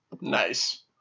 Nice